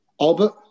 Albert